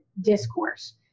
discourse